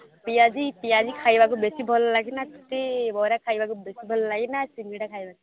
ପିଆଜି ପିଆଜି ଖାଇବାକୁ ବେଶି ଭଲ ଲାଗେ ନାଁ ତୋତେ ବରା ଖାଇବାକୁ ବେଶି ଭଲ ଲାଗେ ନାଁ ସିଙ୍ଗେଡ଼ା ଖାଇବାକୁ